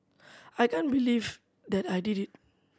I can't believe that I did it